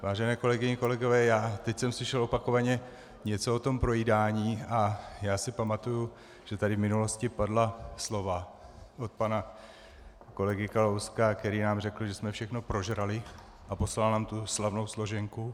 Vážené kolegyně, kolegové, teď jsem slyšel opakovaně něco o tom projídání a já si pamatuji, že tady v minulosti padla slova od pana kolegy Kalouska, který nám řekl, že jsme všechno prožrali, a poslal nám tu slavnou složenku.